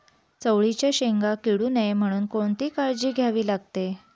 चवळीच्या शेंगा किडू नये म्हणून कोणती काळजी घ्यावी लागते?